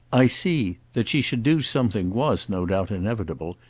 i see. that she should do something was, no doubt, inevitable,